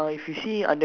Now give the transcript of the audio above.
okay